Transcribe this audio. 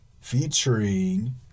featuring